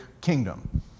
kingdom